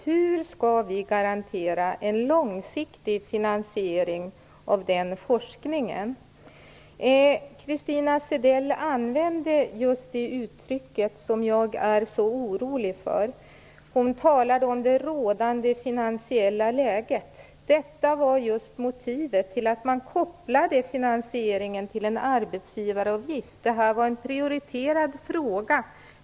Hur skall vi garantera en långsiktig finansiering av den forskningen? Christina Zedell använde just det uttryck som jag är så orolig för. Hon talade om det rådande finansiella läget. Det var just motivet till att man kopplade finansieringen till en arbetsgivaravgift. Detta var en prioriterad fråga.